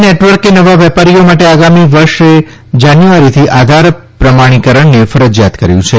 નેટવર્કે નવા વેપારીઓ માટે આગામી વર્ષે જાન્યુઆરીથી આધાર પ્રમાણીકરણને ફરજિયાત કર્યું છે